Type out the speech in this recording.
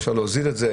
היה אפשר להוזיל את זה,